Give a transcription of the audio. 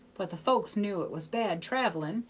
but the folks knew it was bad travelling,